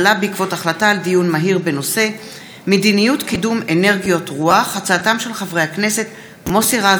בעקבות דיון מהיר בהצעתם של חברי הכנסת מוסי רז,